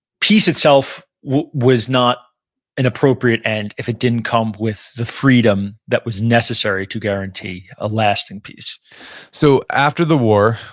peace itself was not an appropriate end if it didn't come with the freedom that was necessary to guarantee a lasting peace so after the war,